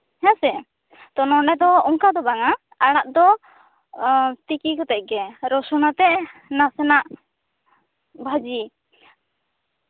ᱦᱮᱸᱥᱮ ᱱᱚᱰᱮ ᱫᱚ ᱚᱱᱠᱟ ᱫᱚ ᱵᱟᱝᱟ ᱟᱲᱟᱜ ᱫᱚ ᱛᱤᱠᱤ ᱠᱟᱛᱮᱜᱜᱮ ᱨᱚᱥᱩᱱ ᱟᱛᱮᱜ ᱱᱟᱥᱮᱱᱟᱜ ᱵᱷᱟᱹᱡᱤ